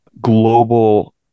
global